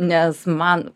nes man